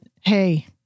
hey